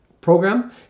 program